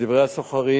לדברי הסוחרים,